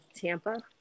Tampa